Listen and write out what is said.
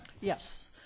Yes